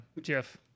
Jeff